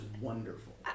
wonderful